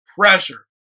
pressure